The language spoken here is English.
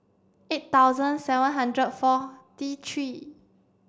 eight thousand seven hundred forty three